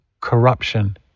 corruption